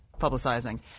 publicizing